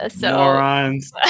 Morons